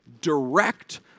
direct